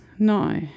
No